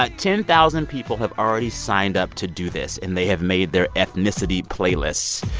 ah ten thousand people have already signed up to do this. and they have made their ethnicity playlists.